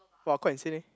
!wah! quite insane leh